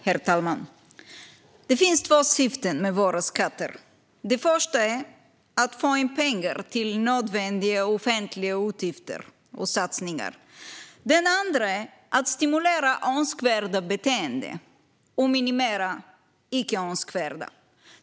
Herr talman! Det finns två syften med våra skatter. Det första är att få in pengar till nödvändiga offentliga utgifter och satsningar. Det andra är att stimulera önskvärda beteenden och minimera icke önskvärda.